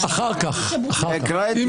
לאחר המילים "תחילתו של חוק-יסוד זה